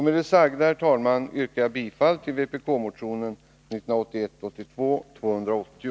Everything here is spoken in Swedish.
Med det sagda, herr talman, yrkar jag bifall till vpk-motionen 1981/ 82:280.